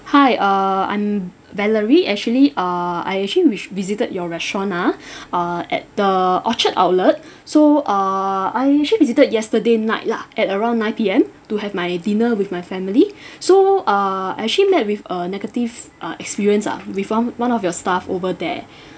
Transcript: hi uh I'm valerie actually err I actually which visited your restaurant ah uh at the orchard outlet so err I actually visited yesterday night lah at around nine P_M to have my dinner with my family so uh I actually met with a negative uh experience ah with one one of your staff over there